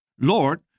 Lord